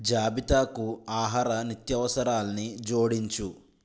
జాబితాకు ఆహార నిత్యవసరాల్ని జోడించు